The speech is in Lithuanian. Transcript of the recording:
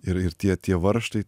ir ir tie tie varžtai